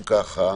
אם כך,